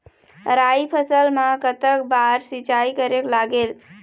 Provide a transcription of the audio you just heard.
राई फसल मा कतक बार सिचाई करेक लागेल?